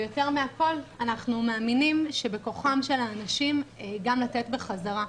ויותר מהכול אנחנו מאמינים שבכוחם של האנשים גם לתת בחזרה.